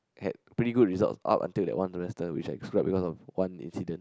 had pretty good results up until that one semester which I screwed up because of one incident